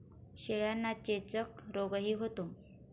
शेळ्यांना चेचक रोगही होतो